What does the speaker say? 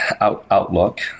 outlook